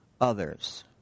others